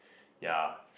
ya